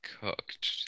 cooked